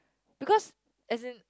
because as in